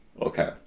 Okay